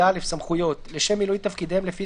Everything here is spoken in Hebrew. "סמכויות 22לא. לשם מילוי תפקידיהם לפי